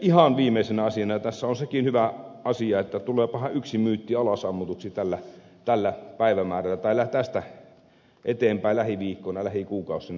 ihan viimeisenä tässä on sekin hyvä asia että tuleepahan yksi myytti alasammutuksi tästä eteenpäin lähiviikkoina lähikuukausina